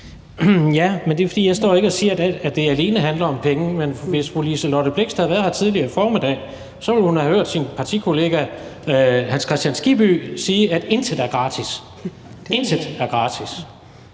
Jens Rohde (KD): Jeg står ikke og siger, at det alene handler om penge, men hvis fru Liselott Blixt havde været her tidligere i formiddag, ville hun have hørt sin partikollega Hans Kristian Skibby sige, at intet er gratis – intet er gratis